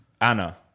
Anna